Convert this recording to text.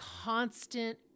Constant